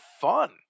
fun